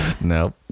Nope